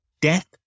Death